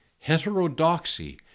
heterodoxy